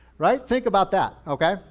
right? think about that, okay.